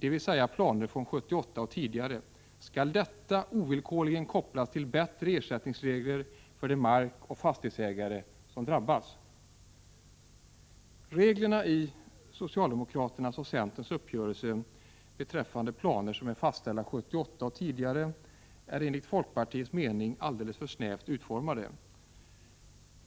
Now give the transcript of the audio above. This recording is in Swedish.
dvs. planer från 1978 och tidigare, skall detta ovillkorligen kopplas till bättre ersättningsregler för de markoch fastighetsägare som drabbas. Reglerna i socialdemokraternas och centerns uppgörelse beträffande planer som fastställts 1978 och tidigare är enligt folkpartiets mening alldeles för snävt utformade.